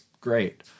great